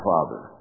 Father